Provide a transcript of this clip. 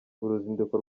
uruzinduko